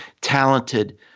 talented